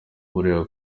buriya